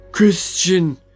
Christian